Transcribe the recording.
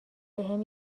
بهم